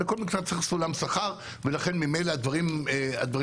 לכל מקצוע צריך סולם שכר ולכן ממילא הדברים מסתדרים.